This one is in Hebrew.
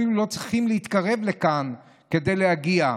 והם אפילו לא צריכים להתקרב לכאן כדי להגיע לזה.